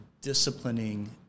disciplining